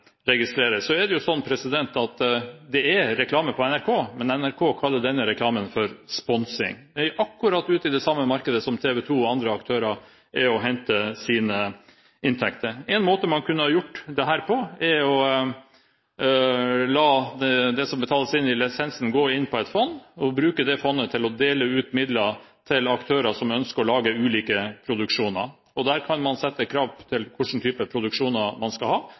Så er det sånn at det er reklame på NRK, men NRK kaller denne reklamen for sponsing. Man er ute i akkurat det samme markedet der TV 2 og andre aktører henter sine inntekter. Én måte man kunne gjort dette på, er å la det som betales inn i lisens, gå inn på et fond, og så bruke av det fondet til å dele ut midler til aktører som ønsker å lage ulike produksjoner. Der kan man sette krav til hvilke typer produksjoner man skal ha.